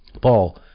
Paul